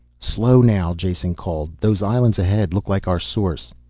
slow now, jason called. those islands ahead look like our source!